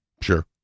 Sure